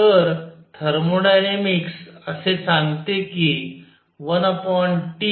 तर थर्मोडायनामिक्स असे सांगते की 1T∂S∂UV